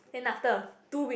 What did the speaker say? then after two weeks